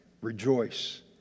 Rejoice